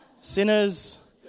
Sinners